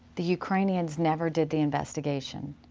the ukrainians never did the investigation,